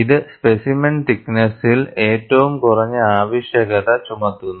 ഇത് സ്പെസിമെൻ തിക്ക് നെസ്സിൽ ഏറ്റവും കുറഞ്ഞ ആവശ്യകത ചുമത്തുന്നു